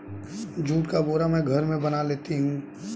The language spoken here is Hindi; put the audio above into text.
जुट का बोरा मैं घर में बना लेता हूं